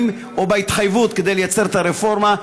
או בהתחייבות כדי לייצר את הרפורמה,